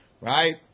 Right